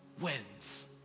wins